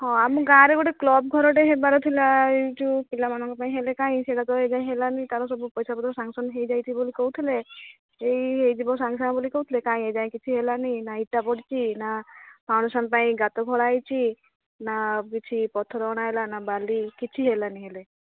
ହଁ ଆମ ଗାଁରେ ଗୋଟେ କ୍ଲବ୍ ଘରଟେ ହେବାର ଥିଲା ଏ ଯେଉଁ ପିଲାମାନଙ୍କ ପାଇଁ ହେଲେ କାହିଁ ସେଇଟା ତ ଏ ଯାଏଁ ହେଲାନି ତାର ସବୁ ପଇସାପତ୍ର ସାକ୍ସନ୍ ହେଇଯାଇଛି ବୋଲି କହୁଥିଲେ ଏଇ ହେଇଯିବ ସାଙ୍ଗେ ସାଙ୍ଗେ ବୋଲି କହୁଥିଲେ କାହିଁ ଏଯାଏଁ କିଛି ହେଲାନି ନା ଇଟା ପଡ଼ିଛି ନା ଫାଉଣ୍ଡେସନ୍ ପାଇଁ ଗାତ ଖୋଳା ହେଇଛି ନା କିଛି ପଥର ଅଣାହେଲା ନା ବାଲି କିଛି ହେଲାନି ହେଲେ